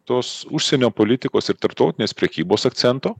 tos užsienio politikos ir tarptautinės prekybos akcento